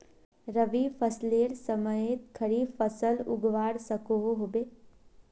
रवि फसलेर समयेत खरीफ फसल उगवार सकोहो होबे?